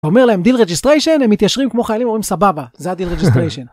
אומר להם דיל רג'יסטריישן הם מתיישרים כמו חיילים אומרים סבבה זה הדיל רג'יסטריישן.